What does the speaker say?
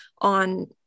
on